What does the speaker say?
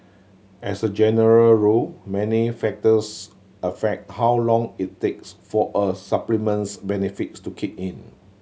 as a general rule many factors affect how long it takes for a supplement's benefits to kick in